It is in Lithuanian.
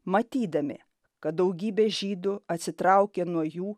matydami kad daugybė žydų atsitraukė nuo jų